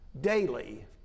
daily